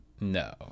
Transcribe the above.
No